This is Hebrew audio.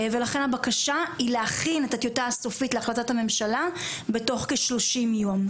ולכן הבקשה היא להכין את הטיוטה הסופית להחלטת הממשלה בתוך כשלושים יום.